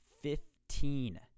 Fifteen